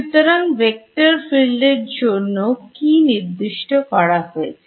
সুতরাং vector field A এর জন্য কি নির্দিষ্ট করা হয়েছে